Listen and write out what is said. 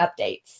updates